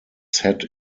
set